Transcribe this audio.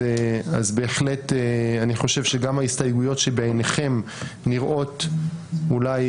אז בהחלט אני חושב שגם ההסתייגויות שבעיניכם נראות אולי